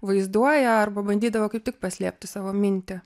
vaizduoja arba bandydavo kaip tik paslėpti savo mintį